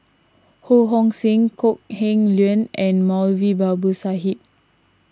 Ho Hong Sing Kok Heng Leun and Moulavi Babu Sahib